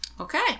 Okay